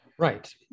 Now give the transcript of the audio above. Right